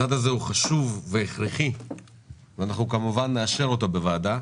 הצעד הזה הוא חשוב והכרחי ואנחנו כמובן נאשר אותו בוועדה,